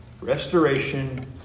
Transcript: Restoration